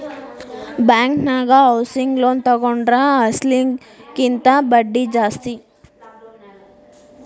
ಬ್ಯಾಂಕನ್ಯಾಗ housing loan ತಗೊಂಡ್ರ ಅಸ್ಲಿನ ಕಿಂತಾ ಬಡ್ದಿ ಜಾಸ್ತಿ